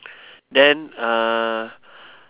then uh